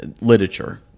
literature